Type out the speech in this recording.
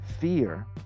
fear